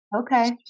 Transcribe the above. Okay